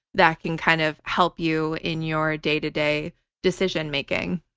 that can kind of help you in your day-to-day decision making.